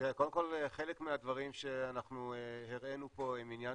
קודם כל חלק מהדברים שאנחנו הראינו פה הם עניין